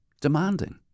demanding